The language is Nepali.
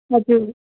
हजुर